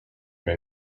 may